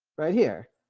right here.